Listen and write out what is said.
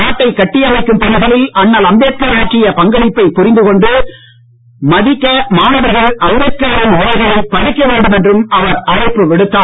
நாட்டை கட்டியமைக்கும் பணிகளில் அண்ணல் அம்பேத்கார் ஆற்றிய பங்களிப்பை புரிந்து கொண்டு மதிக்க மாணவர்கள் அம்பேத்காரின் உரைகளை படிக்க வேண்டும் என்றும் அவர் அழைப்பு விடுத்தார்